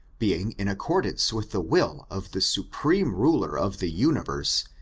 being in accordance with the will of the supreme ruler of the universe,